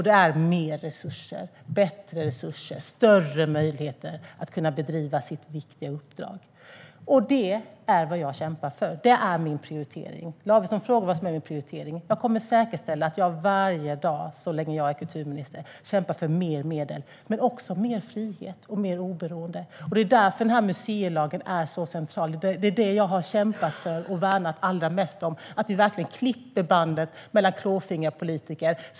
Det är mer resurser, bättre resurser och större möjligheter att kunna bedriva sitt viktiga uppdrag. Det är vad jag kämpar för. Det är min prioritering. Lavesson frågar vad som är min prioritering. Jag kommer att säkerställa att jag varje dag så länge jag är kulturminister kämpar för mer medel men också mer frihet och mer oberoende. Det är därför museilagen är så central. Det jag har kämpat för och värnat allra mest om är att vi verkligen klipper bandet till klåfingriga politiker.